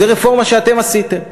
וזו רפורמה שאתם עשיתם.